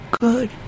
good